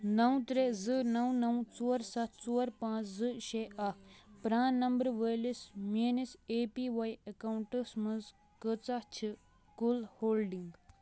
نو ترٛےٚ زٕ نو نو ژور سَتھ ژور پانٛژھ زٕ شےٚ اکھ پران نمبر وٲلِس میٲنِس اے پی واے اکاؤنٹس مَنٛز کۭژاہ چھِ کُل ہولڈنگ ؟